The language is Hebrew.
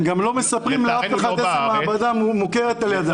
הם גם לא מספרים לאף אחד איזה מעבדה מוכרת על ידם.